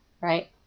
right